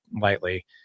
lightly